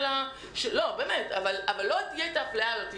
אבל לא תהיה האפליה הזאת.